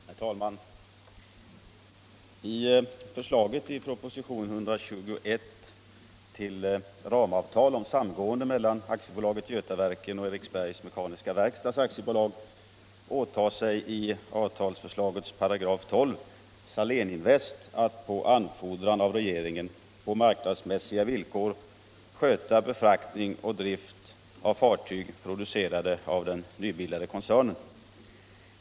Herr talman! I förslaget i propositionen 121 till ramavtal om samgående mellan AB Götaverken och Eriksbergs Mekaniska Verkstads AB åtar sig i avtalsförslagets 12 § Saléninvest AB att på anfordran av regeringen på marknadsmässiga villkor sköta befraktning och drift av fartyg producerade av den nybildade koncernen.